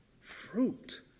Fruit